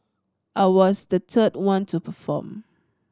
I was the third one to perform